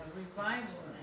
revival